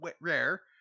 rare